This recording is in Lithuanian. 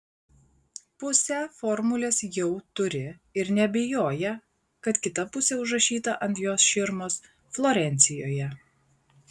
pusę formulės jau turi ir neabejoja kad kita pusė užrašyta ant jos širmos florencijoje